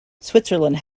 switzerland